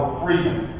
freedom